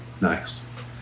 nice